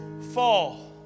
fall